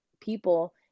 people